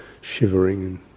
shivering